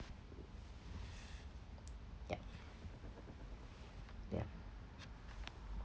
yup yup